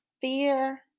Fear